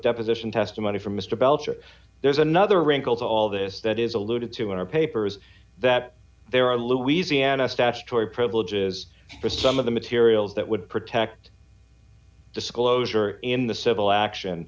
deposition testimony from mr belcher there's another wrinkle to all this that is alluded to in our papers that there are louisiana statutory privileges for some of the material that would protect disclosure in the civil action